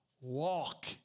walk